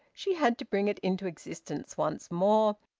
she had to bring it into existence once more,